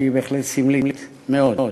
שהיא בהחלט סמלית מאוד.